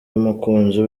y’umukunzi